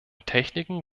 techniken